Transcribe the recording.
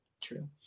True